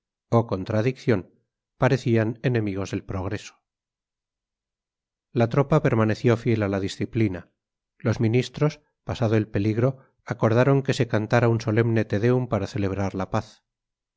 oh contradicción parecían enemigos del progreso la tropa permaneció fiel a la disciplina los ministros pasado el peligro acordaron que se cantara un solemne te deum para celebrar la paz